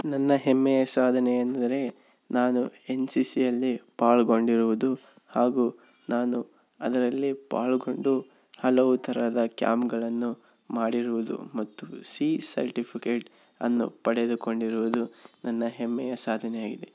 ನನ್ನ ಹೆಮ್ಮೆಯ ಸಾಧನೆಯೆಂದರೆ ನಾನು ಎನ್ ಸಿ ಸಿಯಲ್ಲಿ ಪಾಲ್ಗೊಂಡಿರುವುದು ಹಾಗೂ ನಾನು ಅದರಲ್ಲಿ ಪಾಲ್ಗೊಂಡು ಹಲವು ತರಹದ ಕಾಂಪ್ಗಳನ್ನು ಮಾಡಿರುವುದು ಮತ್ತು ಸಿ ಸರ್ಟಿಫಿಕೇಟ್ ಅನ್ನು ಪಡೆದುಕೊಂಡಿರುವುದು ನನ್ನ ಹೆಮ್ಮೆಯ ಸಾಧನೆಯಾಗಿದೆ